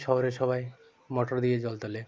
শহরে সবাই মটর দিয়ে জল তোলে